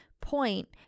point